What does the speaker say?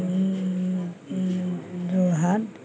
Jorhat